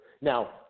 Now